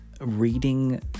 reading